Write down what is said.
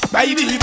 Baby